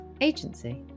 agency